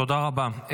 תודה רבה.